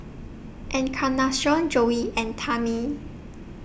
Encarnacion Joey and Tammie